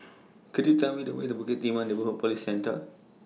Could YOU Tell Me The Way to Bukit Timah Neighbourhood Police Centre